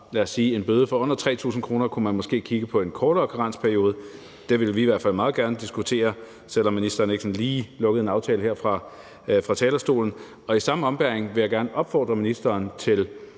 lad os sige en bøde på under 3.000 kr., måske kunne kigge på en kortere karensperiode. Det vil vi i hvert fald meget gerne diskutere, selv om ministeren ikke sådan lige lukkede en aftale her fra talerstolen. I samme ombæring vil jeg gerne opfordre ministeren til